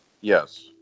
Yes